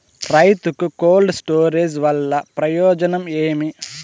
రైతుకు cold storage వల్ల ప్రయోజనం ఏమి?